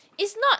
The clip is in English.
it's not